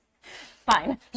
fine